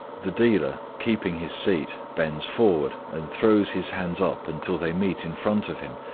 the dealer, keeping his seat, bends forward, and throws his hands up until they meet in front of him,